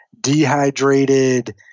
dehydrated